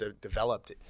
developed